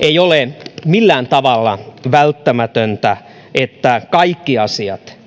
ei ole millään tavalla välttämätöntä että kaikki asiat